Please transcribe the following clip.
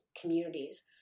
communities